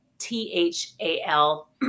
T-H-A-L